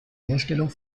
herstellung